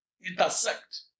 intersect